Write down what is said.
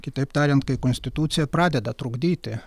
kitaip tariant kai konstitucija pradeda trukdyti